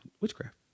witchcraft